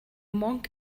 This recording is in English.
monk